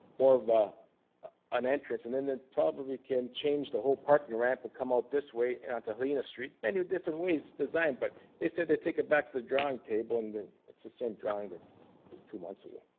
more of ah an entrance. and then then probably can change the whole parking ramp, and come out this way and onto helena street. many different ways to design. but they said they'd take it back to the drawing table, and it's the same drawing that was two months ago.